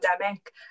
pandemic